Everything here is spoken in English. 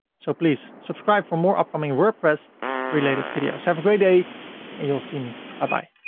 so please subscribe for more upcoming wordpress related videos. have a great day and you'll see me. ah bye